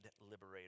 liberator